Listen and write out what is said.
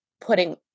putting